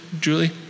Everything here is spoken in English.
Julie